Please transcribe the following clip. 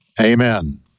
Amen